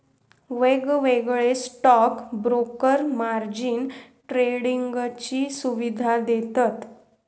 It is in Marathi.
वेगवेगळे स्टॉक ब्रोकर मार्जिन ट्रेडिंगची सुवीधा देतत